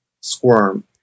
Squirm